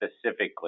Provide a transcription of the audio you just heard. specifically